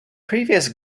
previous